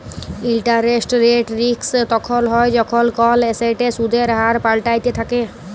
interest rate risk তখল হ্যয় যখল কল এসেটের সুদের হার পাল্টাইতে থ্যাকে